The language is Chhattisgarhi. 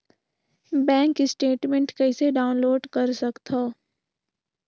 बैंक स्टेटमेंट कइसे डाउनलोड कर सकथव?